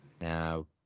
Now